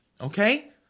Okay